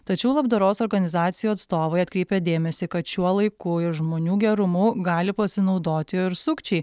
tačiau labdaros organizacijų atstovai atkreipia dėmesį kad šiuo laiku ir žmonių gerumu gali pasinaudoti ir sukčiai